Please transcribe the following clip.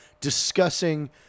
discussing